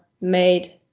made